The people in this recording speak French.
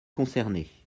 concernées